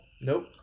Nope